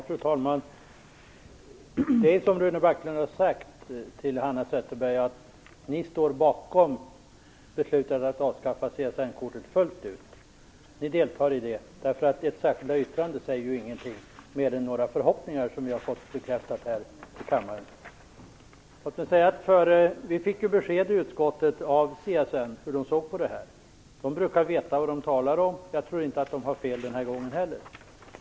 Fru talman! Det är som Rune Backlund har sagt till Hanna Zetterberg. Vänsterpartiet står fullt ut bakom beslutet att avskaffa CSN-kortet. Ni deltar i det. Ert särskilda yttrande är ju ingenting mer än några förhoppningar, vilket vi har fått bekräftat här i kammaren. Vi fick i utskottet besked av CSN hur det såg på detta. Det brukar veta vad det talar om, och jag tror inte att det har fel den här gången heller.